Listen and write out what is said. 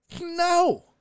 no